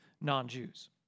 non-Jews